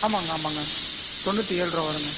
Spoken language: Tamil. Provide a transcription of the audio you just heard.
ஆமாம்ங்க ஆமாம்ங்க தொண்ணூற்றி ஏழ்ருவா வருங்க